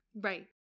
Right